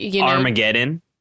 Armageddon